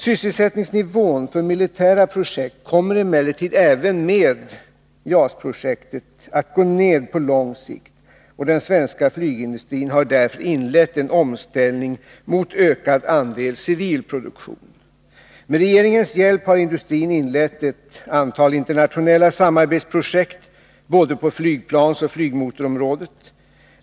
Sysselsättningsnivån för militära projekt kommer emellertid även med JAS-projektet att gå ned på lång sikt, och den svenska flygindustrin har därför inlett en omställning mot ökad andel civil produktion. Med regeringens hjälp har industrin inlett ett antal internationella samarbetsprojekt både på flygplansoch på flygmotorområdet.